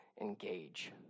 engage